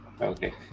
Okay